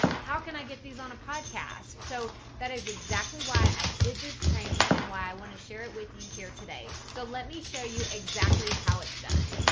how can i get these on a podcast? so that is exactly why i did this training and why i want to share it with you here today. so let me show you exactly how it's done.